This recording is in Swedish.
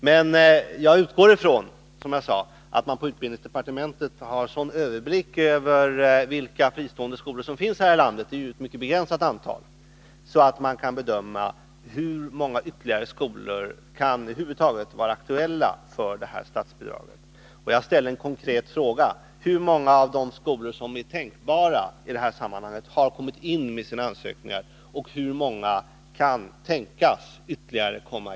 Men som jag sade utgår jag ifrån att man på utbildningsdepartementet har en sådan överblick över vilka fristående skolor som finns här i landet — det är ju ett mycket begränsat antal — att man kan bedöma hur många ytterligare skolor som över huvud taget kan vara aktuella för det här statsbidraget. Jag ställde en konkret fråga: Hur många av de skolor som är tänkbara i detta sammanhang har kommit in med sina ansökningar och hur många ytterligare kan tänkas komma in under våren?